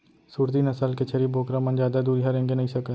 सूरती नसल के छेरी बोकरा मन जादा दुरिहा रेंगे नइ सकय